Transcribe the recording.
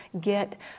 get